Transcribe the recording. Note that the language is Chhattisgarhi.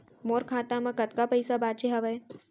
मोर खाता मा कतका पइसा बांचे हवय?